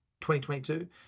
2022